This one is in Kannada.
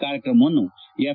ಕಾರ್ಯಕ್ರಮವನ್ನು ಎಫ್